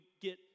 get